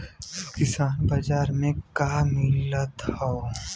किसान बाजार मे का मिलत हव?